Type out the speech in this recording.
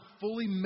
fully